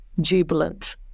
jubilant